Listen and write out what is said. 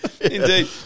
Indeed